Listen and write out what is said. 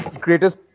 greatest